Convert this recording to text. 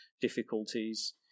difficulties